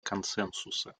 консенсуса